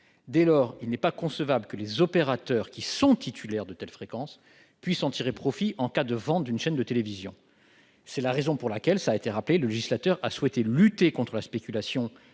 Dès lors, il n'est pas concevable que les opérateurs qui sont titulaires de telles fréquences puissent en tirer profit en cas de vente d'une chaîne de télévision. C'est la raison pour laquelle le législateur a souhaité lutter contre la spéculation